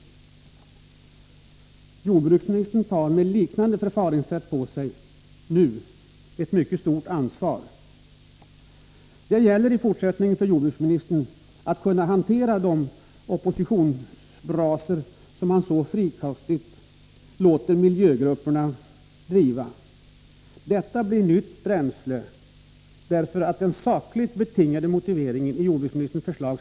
Jordbruksministern tar nu med liknande förfaringssätt på sig ett mycket stort ansvar. Det gäller för jordbruksministern att i fortsättningen kunna hantera de oppositionsbrasor som han så frikostigt låter miljögrupperna skapa. Detta ger dem nytt bränsle, eftersom den sakligt betingade motiveringen saknas i jordbruksministerns förslag.